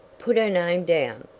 put her name down.